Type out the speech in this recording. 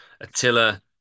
Attila